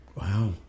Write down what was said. Wow